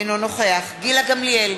אינו נוכח גילה גמליאל,